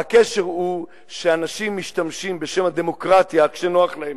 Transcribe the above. הקשר הוא שאנשים משתמשים בשם הדמוקרטיה כשנוח להם,